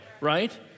right